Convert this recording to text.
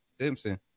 Simpson